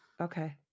Okay